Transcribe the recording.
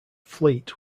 fleet